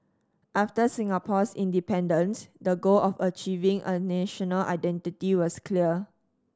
after Singapore's independence the goal of achieving a national identity was clear